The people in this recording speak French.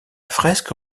fresque